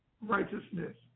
righteousness